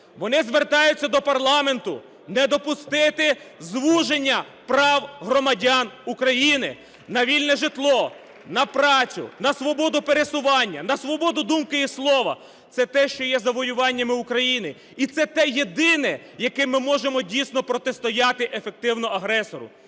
Вони звертаються до парламенту не допустити звуження прав громадян України на вільне житло, на працю, на свободу пересування, на свободу думки і слова. Це те, що є завоюваннями України, і це те єдине, яке ми можемо дійсно протистояти ефективно агресору.